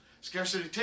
Scarcity